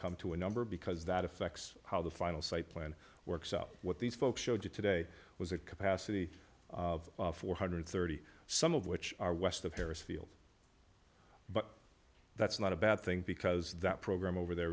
come to a number because that affects how the final site plan works out what these folks showed you today was at capacity of four hundred and thirty some of which are west of paris field but that's not a bad thing because that program over there